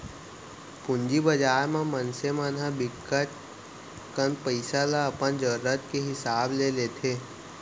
पूंजी बजार म मनसे मन ह बिकट कन पइसा ल अपन जरूरत के हिसाब ले लेथे